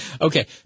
okay